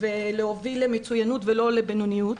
ולהוביל למצוינות לא לבינוניות.